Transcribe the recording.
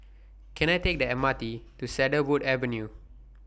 Can I Take The M R T to Cedarwood Avenue